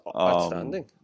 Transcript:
outstanding